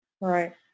Right